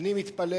אני מניח